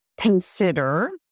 consider